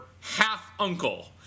half-uncle